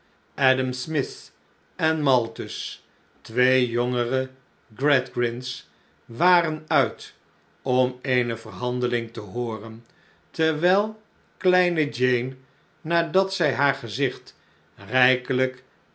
adam smith en malthus twee jongere gradgrind's waren uit om eene verhandeling te hooren terwijl kleine jane nadat zij haar gezicht rijkelijk